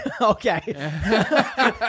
okay